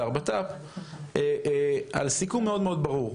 השר לביטחון פנים על סיכום מאוד מאוד ברור.